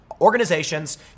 organizations